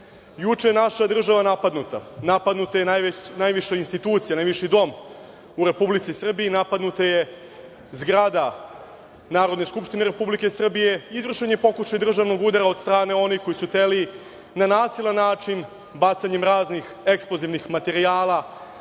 je naša država napadnuta, napadnuta je najviša institucija, najviši Dom u Republici Srbiji i napadnuta je zgrada Narodne skupštine Republike Srbije i izvršen je pokušaj državnog udara od strane onih koji su hteli da na nasilan način bacanjem raznih eksplozivnih materijala,